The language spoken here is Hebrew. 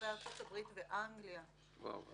אחרי ארצות ואנגליה --- וואוו,